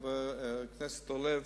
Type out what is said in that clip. חבר הכנסת אורלב,